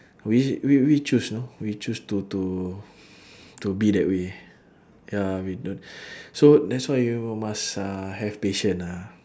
we we we choose you know we chose to to to be that way ya we don't so that's why you must uh have patient ah